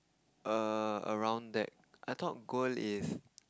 err around that I thought gold is